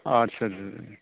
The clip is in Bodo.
आच्चा आच्चा